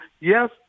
yes